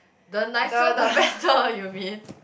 the nicer the better you mean